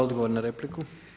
Odgovor na repliku.